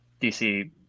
DC